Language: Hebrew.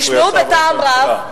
שנשמעו בטעם רב,